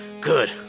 Good